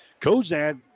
Kozad